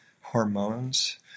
hormones